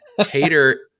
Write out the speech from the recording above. Tater